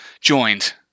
joined